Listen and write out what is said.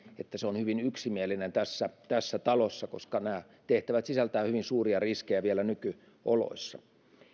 että tämä tuki on hyvin yksimielinen tässä tässä talossa koska nämä tehtävät sisältävät hyvin suuria riskejä vielä nykyoloissa